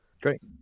Great